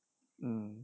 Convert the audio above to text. mm